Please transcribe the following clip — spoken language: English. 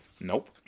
Nope